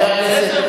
חבר הכנסת,